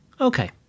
Okay